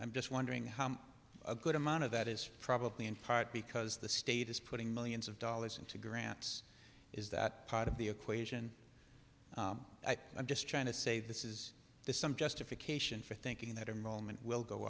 i'm just wondering how a good amount of that is probably in part because the state is putting millions of dollars into grants is that part of the equation i'm just trying to say this is the some justification for thinking that a moment will go